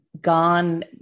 gone